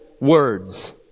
words